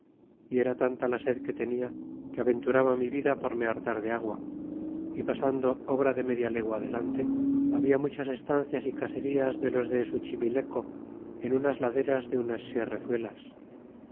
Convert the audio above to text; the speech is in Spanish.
y era tanta la sed que tenia que aventuraba mi vida por me hartar de agua y pasando obra de media legua adelante habla muchas estancias y caserías de los de suchimileco en unas laderas de unas